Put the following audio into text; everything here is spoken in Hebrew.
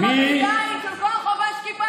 שכל חובש כיפה,